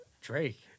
Drake